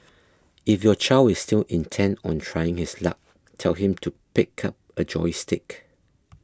if your child is still intent on trying his luck tell him to pick up a joystick